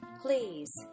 Please